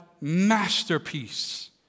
masterpiece